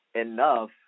enough